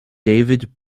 david